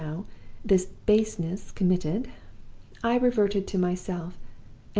this baseness committed i reverted to myself,